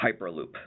Hyperloop